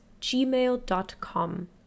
gmail.com